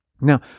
Now